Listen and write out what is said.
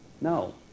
No